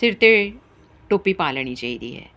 ਸਿਰ 'ਤੇ ਟੋਪੀ ਪਾ ਲੈਣੀ ਚਾਹੀਦੀ ਹੈ